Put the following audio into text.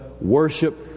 worship